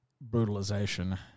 brutalization